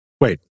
Wait